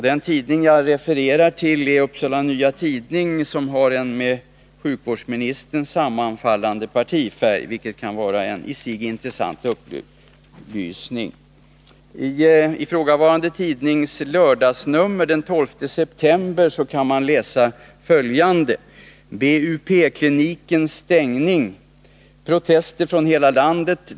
Den tidning jag refererar till är Upsala Nya Tidning, som har en med sjukvårdsministern sammanfallande partifärg, vilket kan vara en i sig intressant upplysning. I ifrågavarande tidnings lördagsnummer den 12 september kan man läsa följande: ”BUP-klinikens stängning. Protester från hela landet.